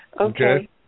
Okay